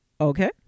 Okay